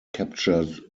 captured